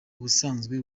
ubusanzwe